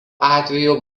atveju